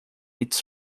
its